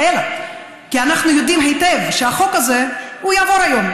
אלא כי אנחנו יודעים היטב שהחוק הזה יעבור היום,